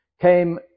came